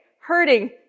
hurting